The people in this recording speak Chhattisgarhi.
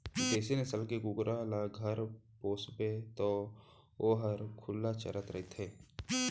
देसी नसल के कुकरा ल घर पोसबे तौ वोहर खुल्ला चरत रइथे